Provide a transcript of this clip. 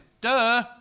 Duh